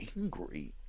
angry